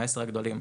העשרה הגדולים,